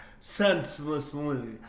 senselessly